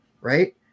Right